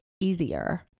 easier